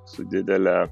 su didele